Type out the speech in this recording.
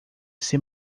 ser